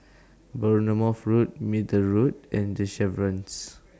Bournemouth Road Middle Road and The Chevrons